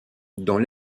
dans